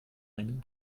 einen